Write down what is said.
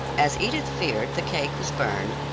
as edith feared, the cake was burned,